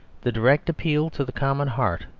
the direct appeal to the common heart,